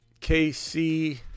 KC